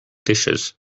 dishes